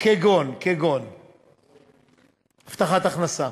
כגון הבטחת הכנסה,